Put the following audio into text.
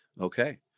Okay